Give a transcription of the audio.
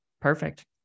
perfect